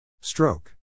Stroke